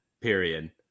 period